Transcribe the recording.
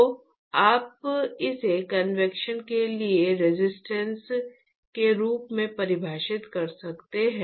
तो आप इसे कन्वेक्शन के लिए रेजिस्टेंस के रूप में परिभाषित कर सकते हैं